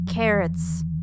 Carrots